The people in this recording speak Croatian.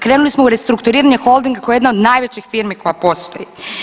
Krenuli smo u restrukturiranje Holdinga koji je jedna od najvećih firmi koja postoji.